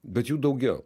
bet jų daugiau